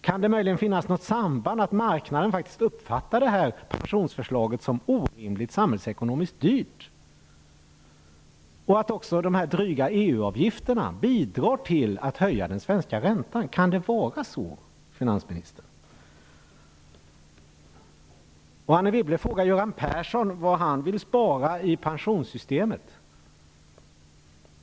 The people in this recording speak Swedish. Kan det möjligen finnas något samband, så att marknaden uppfattar det här pensionsförslaget som orimligt samhällsekonomiskt dyrt, och att de dryga EU avgifterna också bidrar till att höja den svenska räntan? Kan det vara så, finansministern? Anne Wibble frågar var Göran Persson vill spara i pensionssystemet.